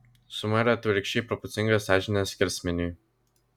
suma yra atvirkščiai proporcinga sąžinės skersmeniui